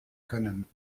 können